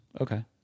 okay